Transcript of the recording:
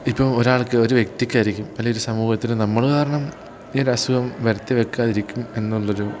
ഇപ്പം ഒരാൾക്ക് ഒരു വ്യക്തിക്കായിരിക്കും അല്ലെങ്കിൽ ഒരു സമൂഹത്തിന് നമ്മൾ കാരണം ഈ ഒരു അസുഖം വരുത്തി വെക്കാതിരിക്കും എന്നുള്ളൊരു